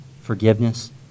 forgiveness